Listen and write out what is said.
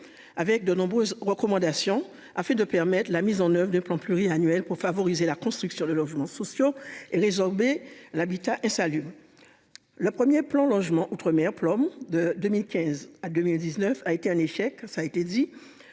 avec de nombreuses recommandations afin de permettre la mise en oeuvre du plan pluriannuel pour favoriser la construction de logements sociaux et résorber l'habitat insalubre. Le premier plan logement outre-mer plan de 2015 à 2019 a été un échec. Ça a été dit